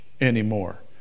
anymore